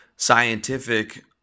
Scientific